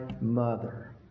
mother